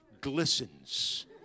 glistens